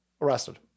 arrested